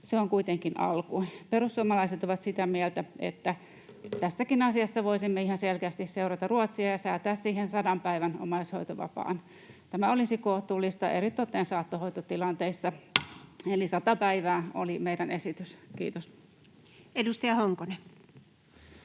se on kuitenkin alku. Perussuomalaiset ovat sitä mieltä, että tässäkin asiassa voisimme ihan selkeästi seurata Ruotsia ja säätää siihen sadan päivän omaishoitovapaan. Tämä olisi kohtuullista, eritoten saattohoitotilanteissa, eli sata päivää oli meidän esitys. — Kiitos. [Speech